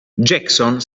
jackson